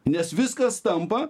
nes viskas tampa